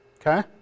Okay